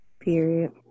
Period